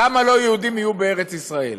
כמה לא יהודים יהיו בארץ ישראל.